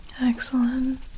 Excellent